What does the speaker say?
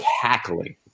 cackling